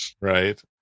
right